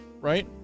Right